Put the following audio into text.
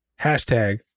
hashtag